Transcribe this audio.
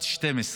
בת 12,